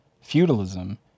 feudalism